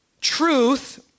truth